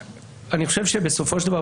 אני חושב שבסופו של דבר,